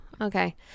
Okay